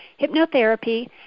hypnotherapy